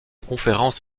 conférences